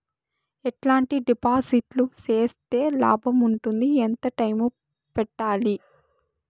ఎట్లాంటి డిపాజిట్లు సేస్తే లాభం ఉంటుంది? ఎంత టైము పెట్టాలి?